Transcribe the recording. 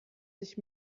sich